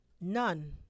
None